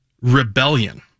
rebellion